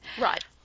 Right